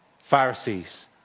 Pharisees